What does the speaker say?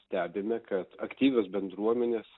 stebime kad aktyvios bendruomenės